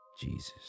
Jesus